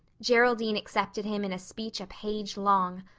geraldine accepted him in a speech a page long.